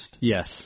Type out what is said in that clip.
Yes